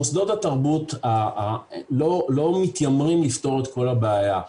מוסדות התרבות לא מתיימרים לפתור את כל הבעיה,